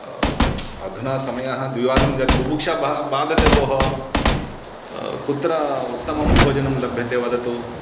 अधुना समयः द्विवादनमिदानीं बुभुक्षा बा बाधते भोः कुत्र उतत्मं भोजनं लभ्यते वदतु